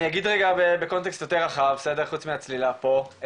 אני אגיד רגע בקונטקסט יותר רחב שחוץ מהצלילה פה,